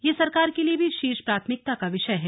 यह सरकार के लिए भी शीर्ष प्राथमिकता का विषय है